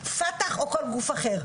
פתח או כל גוף אחר,